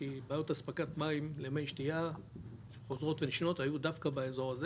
כי בעיות אספקת מים למי שתייה חוזרות ונשנות היו דווקא באזור הזה,